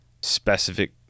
specific